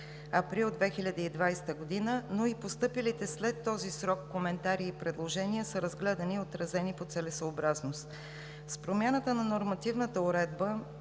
април 2020 г., но и постъпилите след този срок коментари и предложения са разгледани и отразени по целесъобразност. С промяната на нормативната уредба